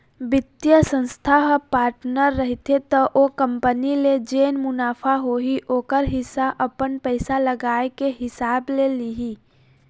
बित्तीय संस्था ह पार्टनर रहिथे त ओ कंपनी ले जेन मुनाफा होही ओखर हिस्सा अपन पइसा लगाए के हिसाब ले लिही